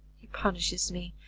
he punishes me,